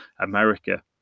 america